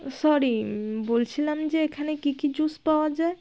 sorry বলছিলাম যে এখানে কী কী জুস পাওয়া যায়